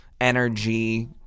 energy